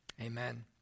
amen